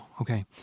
Okay